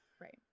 right